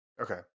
Okay